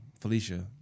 felicia